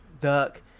duck